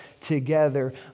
together